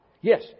Yes